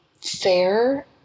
fair